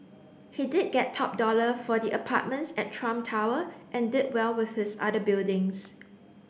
he did get top dollar for the apartments at Trump Tower and did well with his other buildings